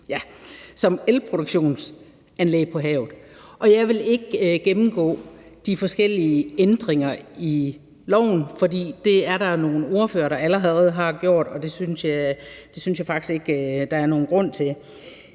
det var der vist en der sagde. Jeg vil ikke gennemgå de forskellige ændringer i loven, for det er der nogle ordførere der allerede har gjort, og det synes jeg faktisk ikke der er nogen grund til.